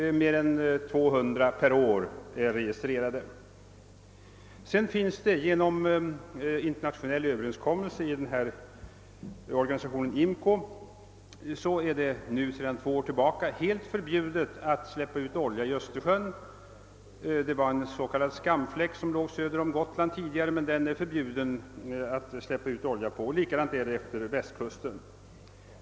Mer än 200 per år är registrerade. Vidare finns internationella överenskommelser som tillkommit genom organisationen IMCO, om att det sedan två år tillbaka är förbjudet att släppa ut olja i Östersjön. Tidigare fanns en s.k. skamfläck söder om Gotland, men även där är det numera förbjudet att släppa ut olja och detsamma gäller vid västkusten.